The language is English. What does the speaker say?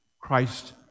Christ